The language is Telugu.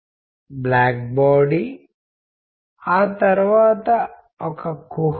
నేను మీకు చెప్పినట్లుగా మొదటి వారంలో మన దృష్టి కమ్యూనికేషన్పై ఉంటుంది